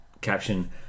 caption